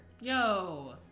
Yo